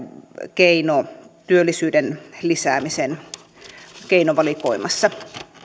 keino työllisyyden lisäämisen keinovalikoimassa